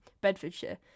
Bedfordshire